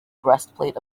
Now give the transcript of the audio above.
breastplate